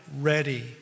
ready